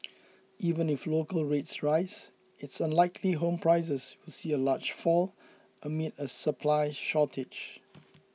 even if local rates rise it's unlikely home prices will see a large fall amid a supply shortage